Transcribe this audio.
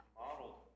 modeled